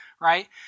right